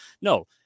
no